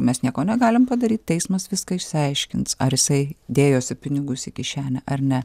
mes nieko negalim padaryt teismas viską išsiaiškins ar jisai dėjosi pinigus į kišenę ar ne